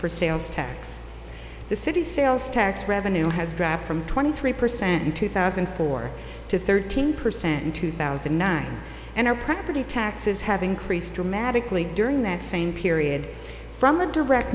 for sales tax the city sales tax revenue has dropped from twenty three percent in two thousand and four to thirteen percent in two thousand and nine and our property taxes have increased dramatically during that same period from the direct